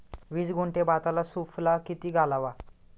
वीस गुंठे भाताला सुफला किती घालावा?